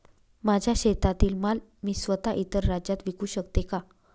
माझ्या शेतातील माल मी स्वत: इतर राज्यात विकू शकते का?